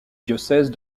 diocèse